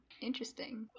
Interesting